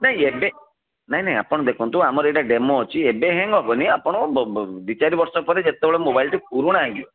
ନାଇଁ ଏବେ ନାଇ ନାଇ ଆପଣ ଦେଖନ୍ତୁ ଆମର ଏଇଟା ଡେମୋ ଅଛି ଏବେ ହ୍ୟାଙ୍ଗ୍ ହେବନି ଆପଣ ଦୁଇ ଚାରି ବର୍ଷ ପରେ ଯେତେବେଳେ ମୋବାଇଲ୍ ଟି ପୁରୁଣା ହେଇଯିବ